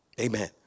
Amen